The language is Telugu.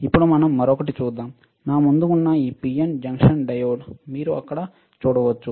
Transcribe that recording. ఇప్పుడు మనం మరొకటి చూద్దాం నా ముందు ఉన్న ఇది పిఎన్ జంక్షన్ డయోడ్ మీరు అక్కడ చూడవచ్చు